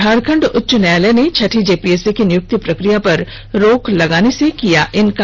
झारखंड उच्च न्यायालय ने छठी जेपीएससी की नियुक्ति प्रक्रिया पर रोक लगाने से किया इनकार